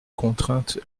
contrainte